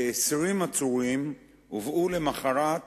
כ-20 עצורים הובאו למחרת